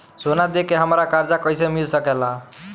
सोना दे के हमरा कर्जा कईसे मिल सकेला?